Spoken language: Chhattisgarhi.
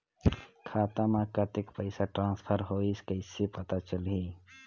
खाता म कतेक पइसा ट्रांसफर होईस कइसे पता चलही?